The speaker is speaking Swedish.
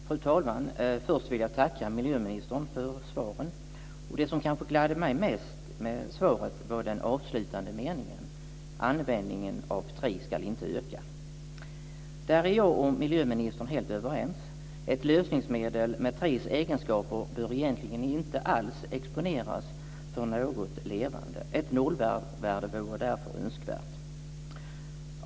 Fru talman! Först vill jag tacka miljöministern för svaret. Det som kanske gladde mig mest med svaret var den avslutande meningen: Användningen av tri ska inte öka. Där är jag och miljöministern helt överens. Ett lösningsmedel med trikloretylens egenskaper bör egentligen inte alls exponeras för något levande. Ett nollvärde vore därför önskvärt.